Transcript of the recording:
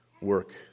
work